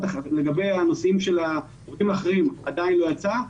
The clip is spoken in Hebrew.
לגבי הנושאים של הגופים האחרים, עדיין לא יצא.